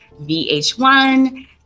VH1